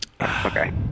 Okay